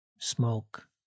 Smoke